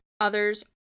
Others